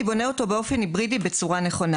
בונה אותו באופן היברידי בצורה נכונה.